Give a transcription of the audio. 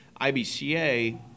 IBCA